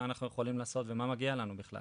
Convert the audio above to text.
אנחנו יכולים לעשות ומה מגיע לנו בכלל.